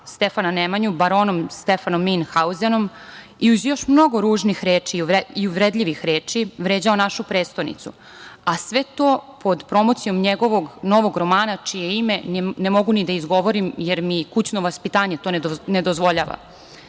Stefana Nemanju baronom Stefanom Minhauzenom i uz još mnogo ružnih reči i uvredljivih reči vređao našu prestonicu, a sve to pod promocijom njegovog novog romana čije ne mogu ni da izgovorim, jer mi kućno vaspitanje to ne dozvoljava. Ništa